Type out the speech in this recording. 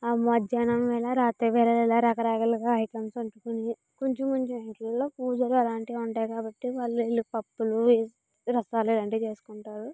అవి మధ్యాహ్నం వేళ రాత్రివేళ రకరకాలుగా ఐటమ్స్ కొంచెం కొన్ని ఇళ్లల్లో పూజలు అలాంటివి ఉంటాయి కాబట్టి వాళ్ళు పప్పులు రసాలు ఇలాంటివి చేసుకుంటారు